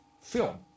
film